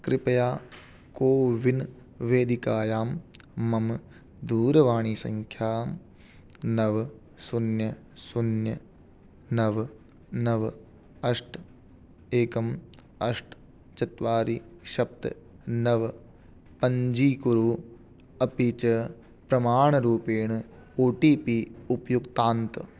कृपया कोविन् वेदिकायां मम दूरवाणिसङ्ख्यां नव शून्य शून्य नव नव अष्ट एकम् अष्ट चत्वारि सप्त नव पञ्जीकुरू अपि च प्रमाणरूपेण ओ टि पि उपयुङ्क्तात्